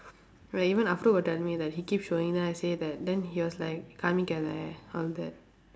right even after will tell me that he keep showing then I say that then he was like காமிக்காதே:kaamikkaathee all that